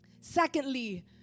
Secondly